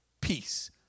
peace